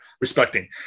respecting